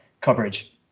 coverage